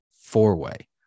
four-way